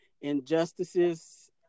injustices